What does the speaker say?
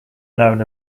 known